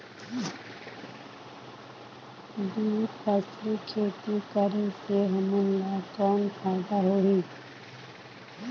दुई फसली खेती करे से हमन ला कौन फायदा होही?